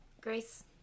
Grace